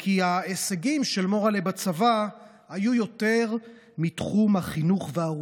כי ההישגים של מורל'ה בצבא היו יותר מתחום החינוך והרוח: